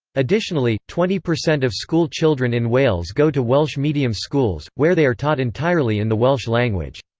additionally, twenty percent of school children in wales go to welsh medium schools, where they are taught entirely in the welsh language.